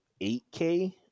8K